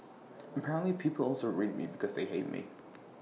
apparently people also read me because they hate me